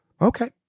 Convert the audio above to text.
Okay